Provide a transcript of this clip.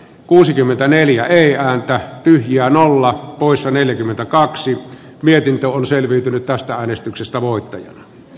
kuusikymmentäneljä ei haluta pyhiään olla poissa neljäkymmentäkaksi mika lintilä on selviytynyt tästä äänestyksestä voi